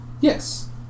Yes